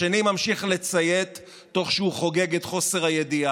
השני ממשיך לציית תוך שהוא חוגג את חוסר הידיעה,